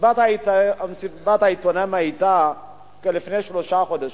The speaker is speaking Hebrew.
מסיבת העיתונאים היתה לפני שלושה חודשים.